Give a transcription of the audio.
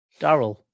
Daryl